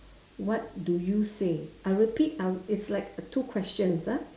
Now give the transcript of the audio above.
what do you say I'll repeat I'll it's like a two questions ah